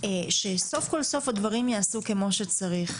שסוף כל סוף הדברים ייעשו כמו שצריך,